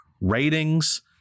ratings